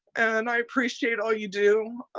and i appreciate all you do.